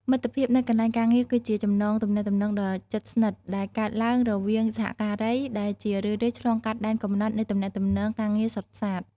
មិត្តភាពនៅកន្លែងការងារគឺជាចំណងទំនាក់ទំនងដ៏ជិតស្និទ្ធដែលកើតឡើងរវាងសហការី ដែលជារឿយៗឆ្លងកាត់ដែនកំណត់នៃទំនាក់ទំនងការងារសុទ្ធសាធ។